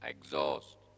Exhaust